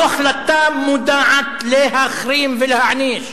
זו החלטה מודעת, להחרים ולהעניש.